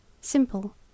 simple